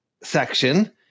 section